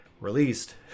released